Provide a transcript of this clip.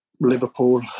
Liverpool